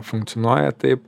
funkcionuoja taip